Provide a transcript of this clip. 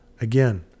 Again